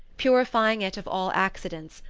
purifying it of all accidents,